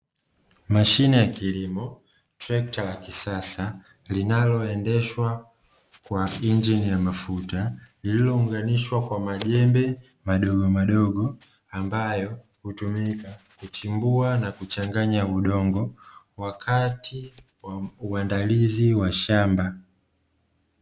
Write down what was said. Mashine ya kilimo trekta la kisasa linaloendeshwa kwa injini ya mafuta, lililounganishwa na majembe madogo madogo ambayo mchimbua na kuchanganya udongo wakati wa uandalizi wa shamba.